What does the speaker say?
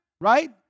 right